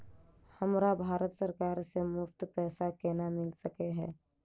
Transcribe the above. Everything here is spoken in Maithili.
हमरा भारत सरकार सँ मुफ्त पैसा केना मिल सकै है?